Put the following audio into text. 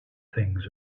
things